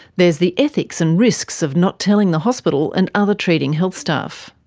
there is the ethics and risks of not telling the hospital and other treating health staff.